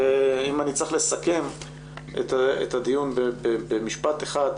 ואם אני צריך לסכם את הדיון במשפט אחד,